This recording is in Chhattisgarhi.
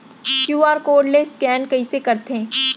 क्यू.आर कोड ले स्कैन कइसे करथे?